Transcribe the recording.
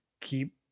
Keep